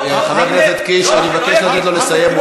חבר הכנסת קיש, אני מבקש לתת לו לסיים.